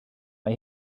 mae